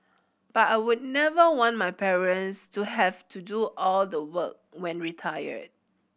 but I would never want my parents to have to do all the work when retired